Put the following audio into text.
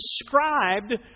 described